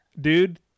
dude